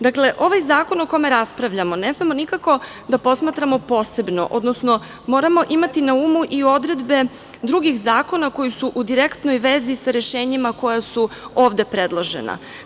Dakle, ovaj zakon o kome raspravljamo, ne smemo nikako da posmatramo posebno, odnosno moramo imati na umu i odredbe drugih zakona koje su u direktnoj vezi sa rešenjima koja su ovde predložena.